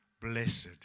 Blessed